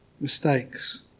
mistakes